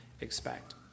expect